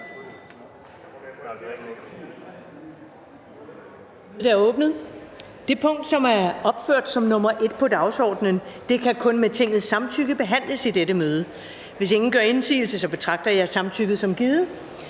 Ellemann): Det punkt, som er opført som nr. 1 på dagsordenen, kan kun med Tingets samtykke behandles i dette møde. Hvis ingen gør indsigelse, betragter jeg samtykket som givet.